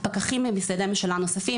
פקחים ממשרדי ממשלה נוספים,